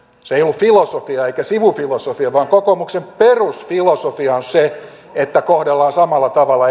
se ei ollut filosofia eikä sivufilosofia vaan kokoomuksen perusfilosofia on se että kohdellaan eläkeläisiä samalla tavalla